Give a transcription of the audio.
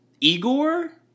Igor